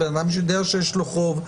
בן אדם יודע שיש לו חוב,